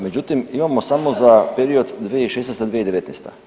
Međutim, imamo samo za period 2016.-2019.